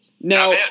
Now